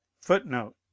Footnote